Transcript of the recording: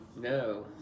no